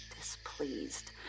displeased